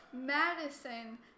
Madison